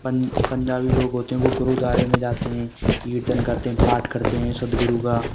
पंजाबी लोग होते हैं वो गुरुद्वारे में जाते हैं कीर्तन करते हैं पाठ करते हैं सदगुरु का